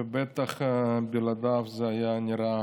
ובטח בלעדיו זה היה נראה